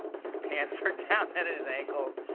his pants are down at his ankles.